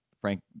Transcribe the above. Frank